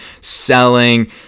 selling